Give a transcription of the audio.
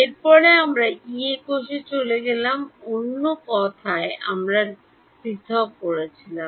এরপরে আমরা ইয়ে কোষে চলে গেলাম অন্য কথায় আমরা ডানকে পৃথক করেছিলাম